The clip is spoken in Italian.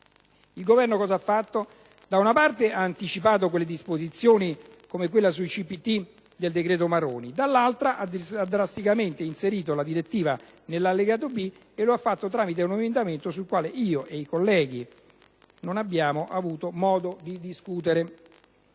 Il Governo cosa ha fatto? Da una parte ha anticipato alcune disposizioni come quella sui CPT nel decreto Maroni, dall'altra ha drasticamente inserito la direttiva nell'allegato B e lo ha fatto tramite un emendamento sul quale io ed i colleghi non abbiamo avuto modo di discutere,